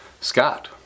Scott